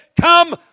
come